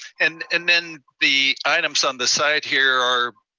and and then the items on the side here are